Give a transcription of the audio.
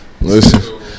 Listen